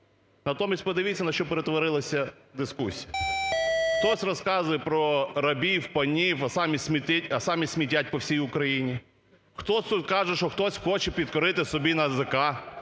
Натомість подивіться, на що перетворилася дискусія. Хтось розказує про рабів, панів, а самі смітять по всій Україні. Хтось каже, що хтось хоче підкорити собі НАЗК.